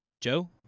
Joe